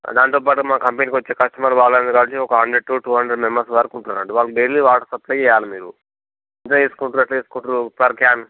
దాంతోపాటు మా కంపెనీకి వచ్చే కస్టమర్స్ వాళ్ళు అందరు కలిసి ఒక hundred to two hundred members వరకు ఉంటున్నారు అనట్టు వాళ్ళకి డైలీ వాటర్ సప్లై ఇవ్వాలి మీరు ఎంత తీసుకుంటుర్రు ఎట్ల తీసుకుంటుర్రు పర్ క్యాన్